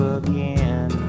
again